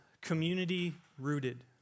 community-rooted